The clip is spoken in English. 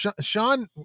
Sean